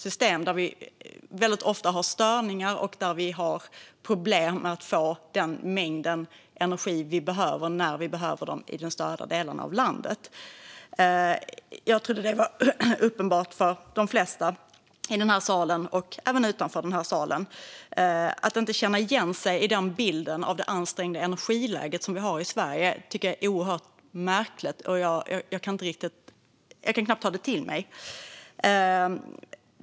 Det är ofta störningar och problem med att få den mängd energi som behövs, när den behövs, i de södra delarna av landet. Jag trodde att detta var uppenbart för de flesta i den här salen och även utanför den. Att inte känna igen sig i bilden av det ansträngda energiläget tycker jag är oerhört märkligt. Jag kan knappt ta det till mig.